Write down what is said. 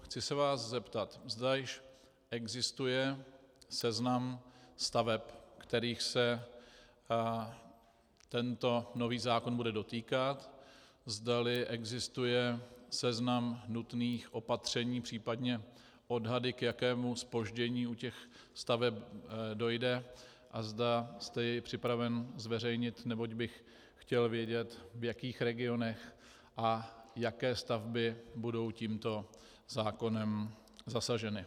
Chci se vás zeptat, zda již existuje seznam staveb, kterých se tento nový zákon bude dotýkat, zda existuje seznam nutných opatření, případně odhady, k jakému zpoždění u těch staveb dojde, a zda jste je připraven zveřejnit, neboť bych chtěl vědět, v jakých regionech a jaké stavby budou tímto zákonem zasaženy.